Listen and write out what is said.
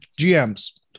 GM's